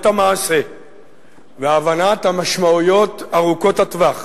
המעשה והבנת המשמעויות ארוכות הטווח,